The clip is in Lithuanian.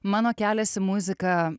mano kelias į muziką